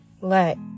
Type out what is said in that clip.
let